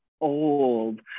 old